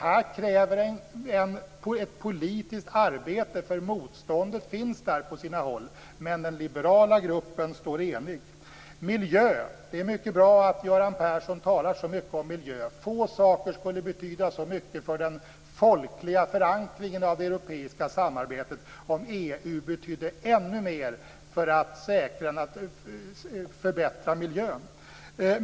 Detta kräver ett politiskt arbete, för motståndet finns där på sina håll. Men den liberala gruppen står enig. Det är mycket bra att Göran Persson talar så mycket om miljö. Få saker skulle betyda så mycket för den folkliga förankringen av det europeiska samarbetet om EU gjorde ännu mer för att förbättra miljön.